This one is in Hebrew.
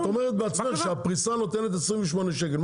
את אומרת בעצמך שהפריסה נותנת 28 שקלים.